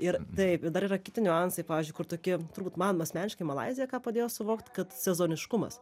ir taip ir dar yra kiti niuansai pavyzdžiui kur tokie turbūt man asmeniškai malaizija ką padėjo suvokt kad sezoniškumas